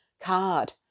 card